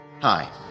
Hi